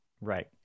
right